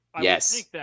Yes